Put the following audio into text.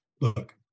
look